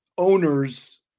owners